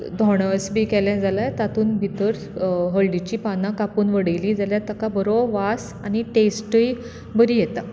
धोणोस बी केलें जाल्यार तातून भितर हळडीचीं पानां कापून उडयलीं जाल्यार ताका बरो वास आनी टेस्टूय बरी येता